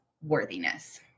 worthiness